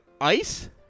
Ice